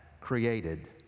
created